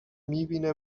میبینه